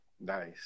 Nice